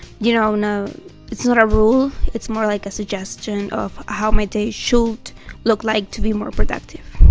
you know know, it's not a rule it's more like a suggestion of how my day should look like to be more productive